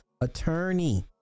attorney